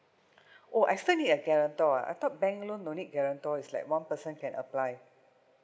orh I still need a guarantor ah I thought bank loan no need guarantor it's like one person can apply